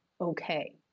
okay